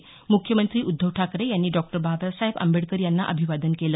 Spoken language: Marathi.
म्ख्यमंत्री उद्धव ठाकरे यांनी डॉक्टर बाबासाहेब आंबेडकर यांना अभिवादन केलं